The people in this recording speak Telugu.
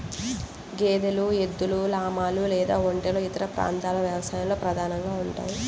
గేదెలు, ఎద్దులు, లామాలు లేదా ఒంటెలు ఇతర ప్రాంతాల వ్యవసాయంలో ప్రధానంగా ఉంటాయి